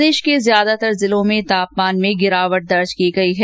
प्रदेश के ज्यादातर जिलों में तापमान में गिरावट दर्ज की गयी है